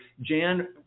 Jan